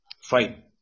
Fine